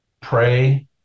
pray